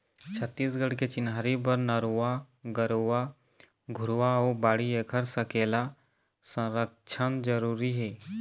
छत्तीसगढ़ के चिन्हारी बर नरूवा, गरूवा, घुरूवा अउ बाड़ी ऐखर सकेला, संरक्छन जरुरी हे